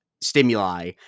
stimuli